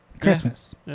Christmas